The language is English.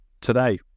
today